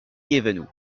guévenoux